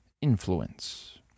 influence